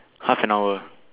half an hour